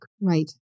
Right